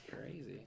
crazy